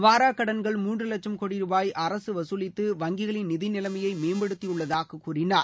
வாராக்கடன்கள் மூன்று வட்சம் கோடி ரூபாய் அரசு வகுலித்து வங்கிகளின் நிதி நிலைமையை மேம்படுத்தியுள்ளதாக கூறினார்